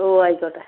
ഓഹ് ആയിക്കോട്ടെ